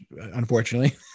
unfortunately